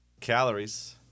Calories